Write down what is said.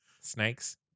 Snakes